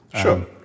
Sure